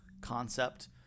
concept